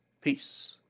Peace